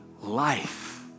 life